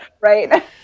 Right